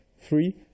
Three